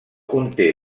conté